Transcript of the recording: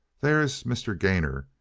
there's mr. gainor,